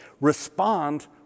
respond